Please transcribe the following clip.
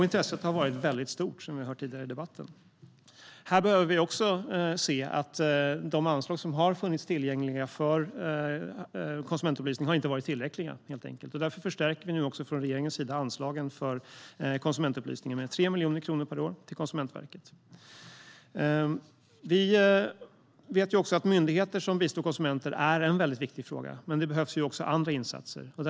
Intresset har varit väldigt stort, som vi har hört tidigare under debatten. Här behöver vi också se att de anspråk som har funnits tillgängliga för konsumentupplysning helt enkelt inte har varit tillräckliga. Därför förstärker vi nu från regeringens sida anslagen för konsumentupplysningen med 3 miljoner kronor per år till Konsumentverket. Vi vet att myndigheter som bistår konsumenter är en väldigt viktig fråga men att även andra insatser behövs.